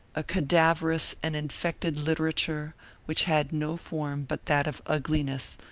a cadaverous and infected literature which had no form but that of ugliness,